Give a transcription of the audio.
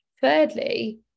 Thirdly